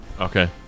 okay